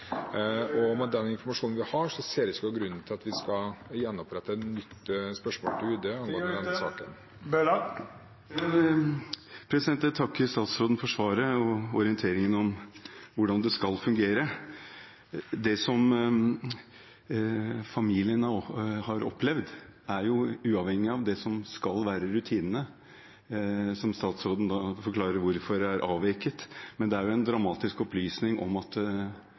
Med den informasjonen vi har, ser jeg ikke noen grunn til at vi skal gjenopprette et nytt spørsmål til UD om denne saken … Tida er ute. Jeg takker statsråden for svaret og orienteringen om hvordan det skal fungere. Det som familien nå har opplevd, er uavhengig av det som skal være rutinene, men som statsråden forklarte hvorfor er avveket. Men det er en dramatisk opplysning at